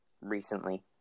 recently